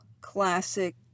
classic